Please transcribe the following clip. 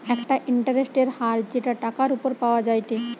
একটা ইন্টারেস্টের হার যেটা টাকার উপর পাওয়া যায়টে